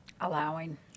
Allowing